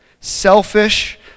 selfish